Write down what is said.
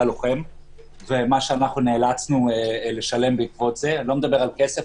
הלוחם ומה שאנחנו נאלצנו לשלם בעקבות זה אני לא מדבר על כסף,